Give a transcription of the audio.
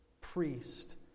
priest